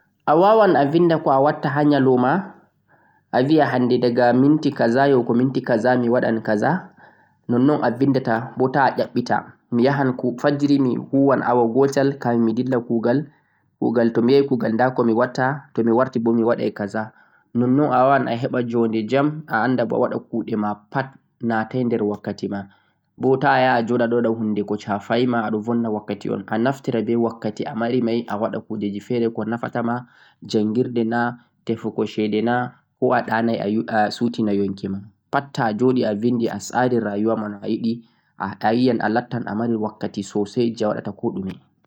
Awawan a vinda koh a watta ha nyaloma aviya hande daga minti kaza yahugo minti kaza mi waɗan kaza nonnoi a vindata boo ta yaɓɓutu. Fajira mi huwan awa gotel kafin mi yaha kugal. Toh me yahi kugal nda ko mi watta, toh mi warti bo mi waɗan kaza. Nonnon awawan aheɓa junde jam bo awaɗai kuɗema pat natai nder wakkatima